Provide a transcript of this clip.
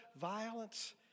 violence